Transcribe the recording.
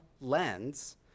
lens